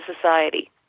society